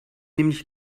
nämlich